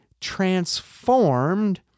transformed